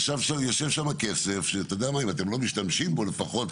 יושב שם כסף שאם אתם לא משתמשים בו, לפחות